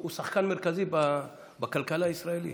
הוא שחקן מרכזי בכלכלה הישראלית.